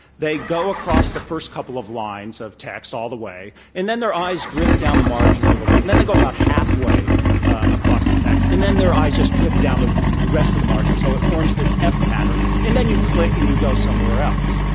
they go across the first couple of lines of text all the way, and then their eyes drift down the margin a little bit. and then they go about halfway across the text, and then their eyes just drift down the rest of the margin, so it forms this f pattern. and then you click, and you go somewhere else.